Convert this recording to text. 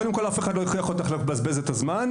קודם כל אף אחד לא הכריח אותך לבזבז את הזמן,